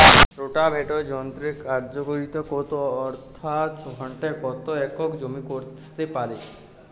Rotavator যন্ত্রের কার্যকারিতা কত অর্থাৎ ঘণ্টায় কত একর জমি কষতে পারে?